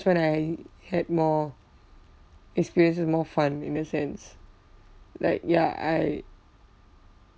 when I had more experience and more fun in the sense like ya I